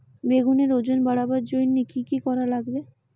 বেগুনের ওজন বাড়াবার জইন্যে কি কি করা লাগবে?